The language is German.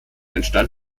entstand